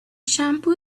shampoo